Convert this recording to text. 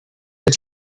land